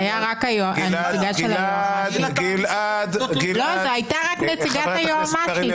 זו הייתה רק נציגת היועצת המשפטית.